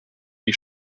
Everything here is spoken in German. die